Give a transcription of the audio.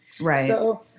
Right